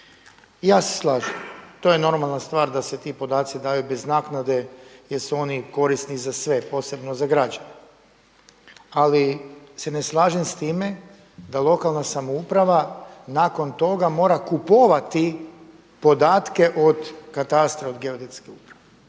Ja se slažem, to je normalna stvar da se ti podaci daju bez naknade jer su oni korisni za sve, posebno za građane. Ali se ne slažem s time da lokalna samouprava nakon toga mora kupovati podatke od katastra od Geodetske uprave.